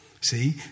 See